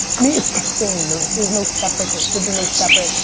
i mean it's insane. there is no separate, there should be no separate.